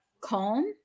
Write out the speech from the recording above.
calm